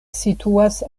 situas